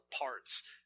parts